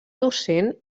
docent